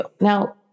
Now